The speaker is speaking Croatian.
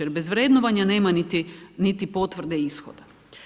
Jer bez vrednovanja nema niti potvrde ishoda.